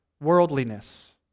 worldliness